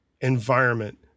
environment